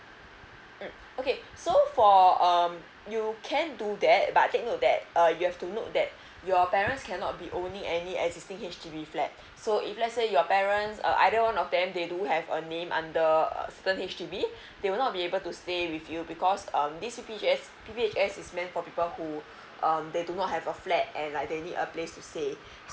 mm okay so for um you can do that but take note that uh you have to note that your parents cannot be own any existing H_D_B flat so if let's say your parents uh either one of them they do have a name under certain H_D_B they will not be able to stay with you because um this P_P_G_S P_P_H_S is meant for people who they do not have a flat and they need a place to stay